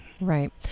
Right